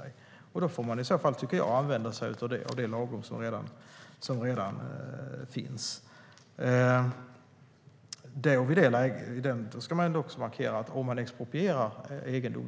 I så fall får man använda sig av det lagrum som redan finns. Att expropriera egendom